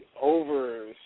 over